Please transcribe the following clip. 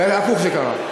הפוך זה קרה: